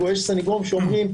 יש סנגורים שאומרים: